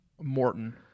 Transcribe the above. Morton